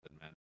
man